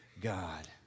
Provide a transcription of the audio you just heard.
God